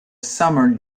summer